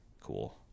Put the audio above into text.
cool